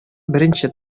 беренче